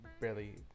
barely